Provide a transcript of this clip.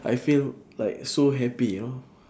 I feel like so happy you know